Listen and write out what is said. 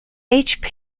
page